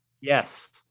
Yes